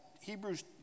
Hebrews